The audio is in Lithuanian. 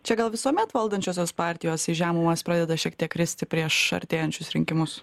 čia gal visuomet valdančiosios partijos į žemumas pradeda šiek tiek kristi prieš artėjančius rinkimus